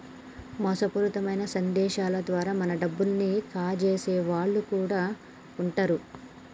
మోసపూరితమైన సందేశాల ద్వారా మన డబ్బుల్ని కాజేసే వాళ్ళు కూడా వుంటరు